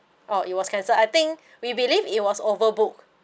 oh it was cancelled I think we believe it was overbooked